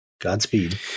Godspeed